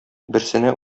берсенә